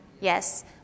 Yes